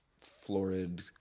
florid